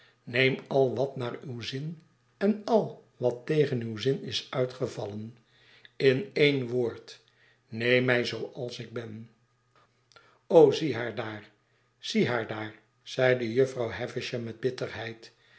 neem al wat naar uw zin en al wat tegen uw zin is uitgevallen in een woord neem mij zooals ik ben zie haar daar zie haar daarl zeide jufvrouw havisham met bitterheid